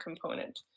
component